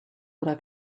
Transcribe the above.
oder